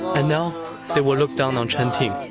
and now they will look down on chinching.